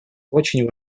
очень